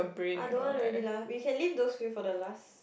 I don't want already lah we can leave those few for the lasts